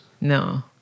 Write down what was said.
No